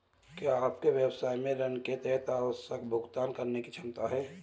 क्या आपके व्यवसाय में ऋण के तहत आवश्यक भुगतान करने की क्षमता है?